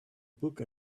book